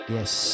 Yes